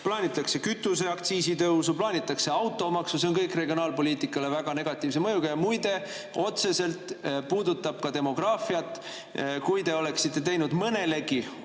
Plaanitakse kütuseaktsiisi tõusu, plaanitakse automaksu. Need on kõik regionaalpoliitikale väga negatiivse mõjuga ja muide, otseselt puudutab ka demograafiat. Kui te oleksite teinud mõnelegi